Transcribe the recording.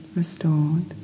restored